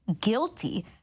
guilty